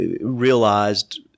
realized